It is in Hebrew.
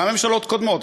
גם ממשלות קודמות,